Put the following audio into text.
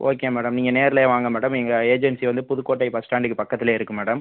okay madam நீங்கள் நேரிலே வாங்க மேடம் எங்கள் ஏஜென்சி வந்து புதுக்கோட்டை பஸ்ஸ்டாண்டுக்கு பக்கத்திலே இருக்குது மேடம்